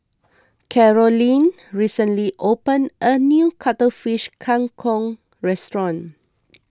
Carolyne recently opened a new Cuttlefish Kang Kong restaurant